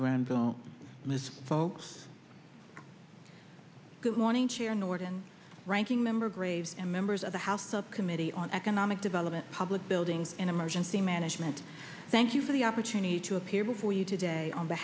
granville ms folks good morning chair norton ranking member graves and members of the house subcommittee on economic development public buildings and emergency management thank you for the opportunity to appear before you today on